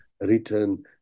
written